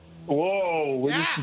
Whoa